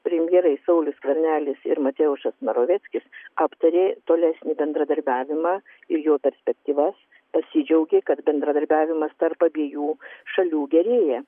premjerai saulius skvernelis ir mateušas maroveckis aptarė tolesnį bendradarbiavimą ir jo perspektyvas pasidžiaugė kad bendradarbiavimas tarp abiejų šalių gerėja